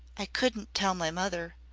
i couldn't tell my mother.